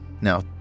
Now